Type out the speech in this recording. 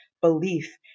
belief